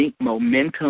momentum